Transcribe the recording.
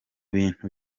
bintu